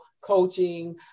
coaching